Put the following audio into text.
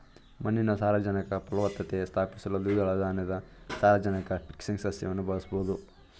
ಮಣ್ಣಿನ ಸಾರಜನಕ ಫಲವತ್ತತೆ ಸ್ಥಾಪಿಸಲು ದ್ವಿದಳ ಧಾನ್ಯದ ಸಾರಜನಕ ಫಿಕ್ಸಿಂಗ್ ಸಸ್ಯವನ್ನು ಬಳಸ್ಬೋದು